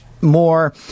more